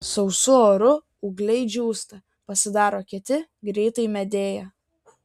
sausu oru ūgliai džiūsta pasidaro kieti greitai medėja